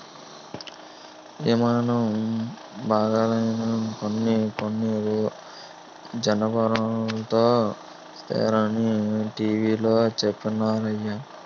యిమానం బాగాలైనా కొన్ని కొన్ని జనపనారతోనే సేస్తరనీ టీ.వి లో చెప్పినారయ్య